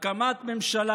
הקמת ממשלה